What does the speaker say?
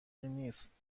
نیست